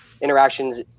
Interactions